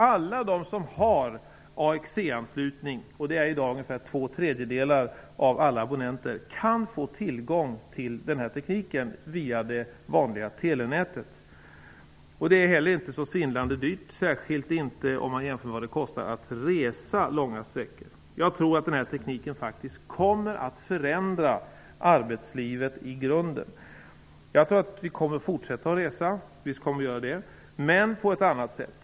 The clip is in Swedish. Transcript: Alla de som har AXE-anslutning -- och det är i dag ungefär två tredjedelar av alla abonnenter -- kan få tillgång till den här tekniken via det vanliga telenätet. Det är heller inte så svindlande dyrt, särskilt inte om man jämför med vad det kostar att resa långa sträckor. Jag tror att den här tekniken faktiskt kommer att förändra arbetslivet i grunden. Jag tror att vi kommer att fortsätta att resa, visst kommer vi att göra det, men på ett annat sätt.